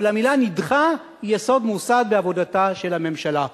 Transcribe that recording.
אבל המלה "נדחה" היא יסוד מוסד בעבודתה של הממשלה.